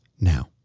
Now